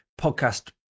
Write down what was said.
podcast